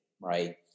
right